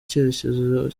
icyerecyezo